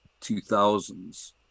2000s